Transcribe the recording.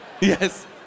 yes